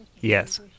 Yes